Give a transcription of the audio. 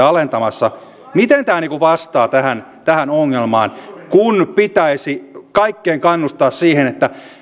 alentamassa työmatkavähennystä miten tämä vastaa tähän tähän ongelmaan kun pitäisi kaikkien kannustaa siihen että